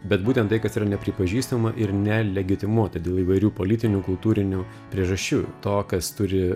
bet būtent tai kas yra nepripažįstama ir nelegitimuota dėl įvairių politinių kultūrinių priežasčių to kas turi